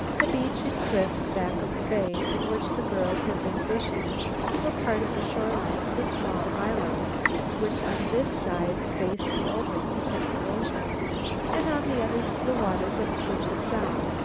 the beach and cliffs back of the bay in which the girls had been fishing were part of the shore line of a small island which on this side faced the open pacific ocean and on the other the waters of puget sound,